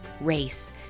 race